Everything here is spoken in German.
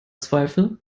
zweifel